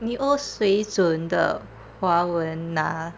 你水准的华文拿